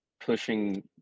pushing